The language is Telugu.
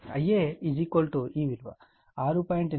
Ia ఈ విలువ 6